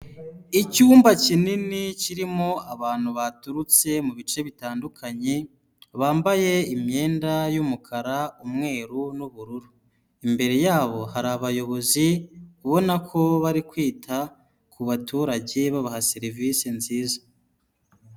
Icyumba kinini kirimo abantu baturutse mu bice bitandukanye, bambaye imyenda y'umukaru umweru n'ubururu, imbere yabo hari abayobozi ubona ko bari kwita ku baturage babaha serivisi nziza.